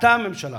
טעתה הממשלה